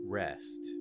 rest